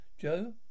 Joe